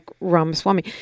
Ramaswamy